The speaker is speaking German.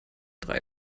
drei